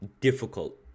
difficult